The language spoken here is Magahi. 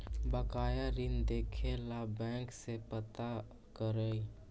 बकाया ऋण देखे ला बैंक से पता करअ